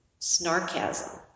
snarkasm